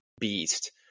beast